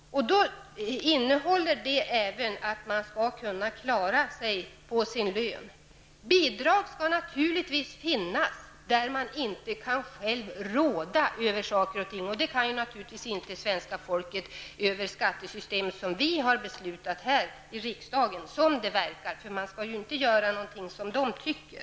Detta innebär även att man skall kunna klara sig på sin lön. Bidrag skall naturligtvis finnas för de tillfällen där man inte själv kan råda över saker och ting. Och det kan naturligtvis inte svenska folket över skattesystemet, som vi har beslutat här i riksdagen som det verkar, för man skall inte göra någonting som de tycker.